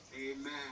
amen